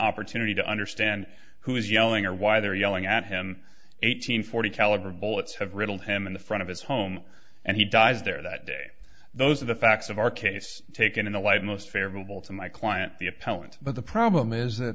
opportunity to understand who is yelling or why they're yelling at him eight hundred forty caliber bullets have riddled him in the front of his home and he dies there that day those are the facts of our case taken in the light most favorable to my client the appellant but the problem is that